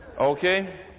okay